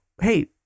Hey